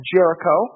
Jericho